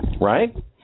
Right